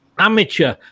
Amateur